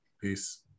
Peace